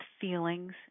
feelings